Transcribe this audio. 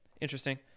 interesting